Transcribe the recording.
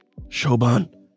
Shoban